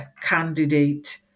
candidate